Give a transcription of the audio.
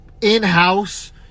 in-house